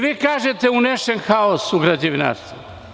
Vi kažete - unešen haos u građevinarstvo.